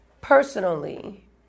personally